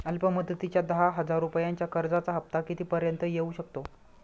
अल्प मुदतीच्या दहा हजार रुपयांच्या कर्जाचा हफ्ता किती पर्यंत येवू शकतो?